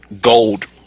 gold